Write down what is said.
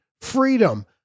freedom